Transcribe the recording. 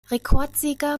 rekordsieger